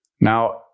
Now